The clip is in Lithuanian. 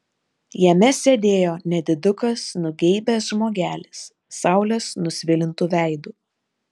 jame sėdėjo nedidukas nugeibęs žmogelis saulės nusvilintu veidu